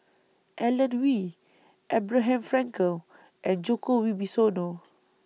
Alan Oei Abraham Frankel and Djoko Wibisono